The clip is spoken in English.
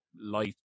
light